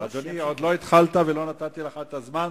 עוד לא התחלת ולא נתתי לך את הזמן.